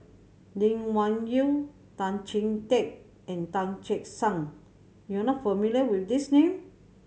Lee Wung Yew Tan Chee Teck and Tan Che Sang you are not familiar with these name